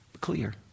clear